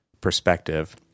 perspective